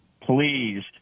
Please